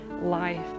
life